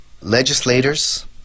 legislators